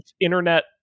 internet